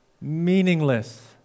meaningless